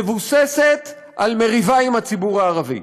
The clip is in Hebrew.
מבוססת על מריבה עם הציבור הערבי.